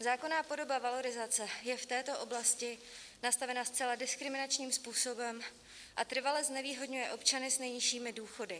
Zákonná podoba valorizace je v této oblasti nastavena zcela diskriminačním způsobem a trvale znevýhodňuje občany s nejnižšími důchody.